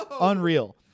unreal